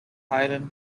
highland